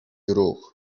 ruch